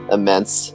immense